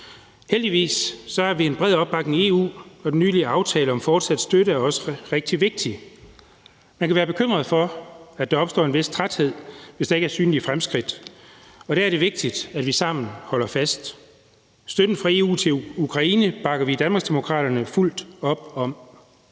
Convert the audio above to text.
Heldigvis har vi en bred opbakning i EU, og den nylige aftale om fortsat støtte er også rigtig vigtig. Man kan være bekymret for, at der opstår en vis træthed, hvis der ikke er synlige fremskridt, og der er det vigtigt, at vi sammen holder fast. Støtten fra EU til Ukraine bakker vi i Danmarksdemokraterne fuldt op om.